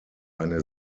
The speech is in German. eine